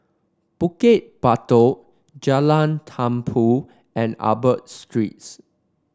Bukit Batok Jalan Tumpu and Arab Streets